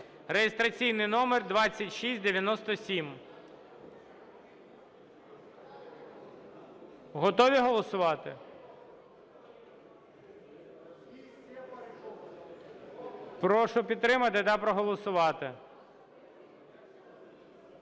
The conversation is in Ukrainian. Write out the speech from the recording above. (реєстраційний номер 2697). Готові голосувати? Прошу підтримати та проголосувати.